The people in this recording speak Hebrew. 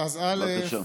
בבקשה.